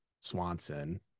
Swanson